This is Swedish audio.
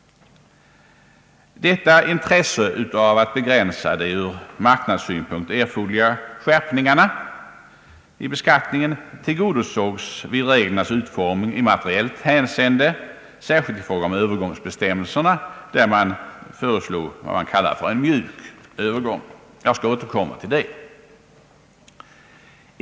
Detta intresse av att begränsa de ur marksynpunkt erforderliga skärpningarna i beskattningen tillgodosågs vid reglernas utformning i materiellt hänseende, särskilt i fråga om övergångsbestämmelserna, där man föreslog vad man kallar för en mjuk övergång. Jag skall återkomma till det.